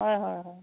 হয় হয় হয়